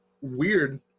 weird